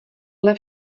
dle